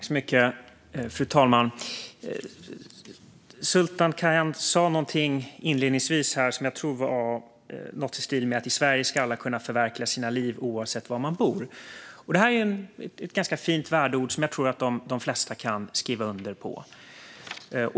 Fru talman! Sultan Kayhan sa inledningsvis något i stil med att alla i Sverige ska kunna förverkliga sina liv oavsett var man bor. Det är ett ganska fint värdeuttryck som jag tror att de flesta kan skriva under på.